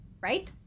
right